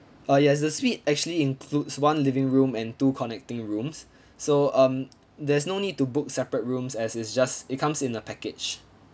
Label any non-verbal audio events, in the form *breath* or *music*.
uh yes the suite actually includes one living room and two connecting rooms *breath* so um there's no need to book separate rooms as it's just it comes in a package